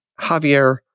Javier